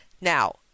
Now